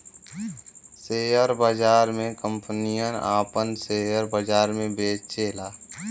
share बाजार मे कंपनियन आपन सेअर बाजार मे बेचेला